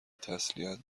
تسلیت